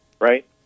right